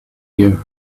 you